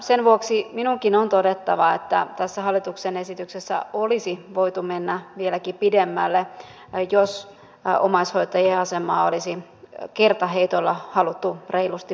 sen vuoksi minunkin on todettava että tässä hallituksen esityksessä olisi voitu mennä vieläkin pidemmälle jos omaishoitajien asemaa olisi kertaheitolla haluttu reilusti parantaa